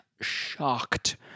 shocked